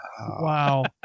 Wow